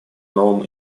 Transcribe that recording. новом